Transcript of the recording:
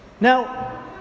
Now